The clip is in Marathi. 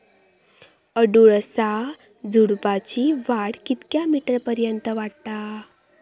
अडुळसा झुडूपाची वाढ कितक्या मीटर पर्यंत वाढता?